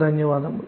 ధన్యవాదములు